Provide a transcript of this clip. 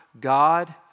God